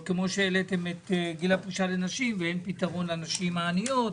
שהעליתם את גיל הפרישה לנשים בלי פתרון לנשים עניות.